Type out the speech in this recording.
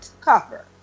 cover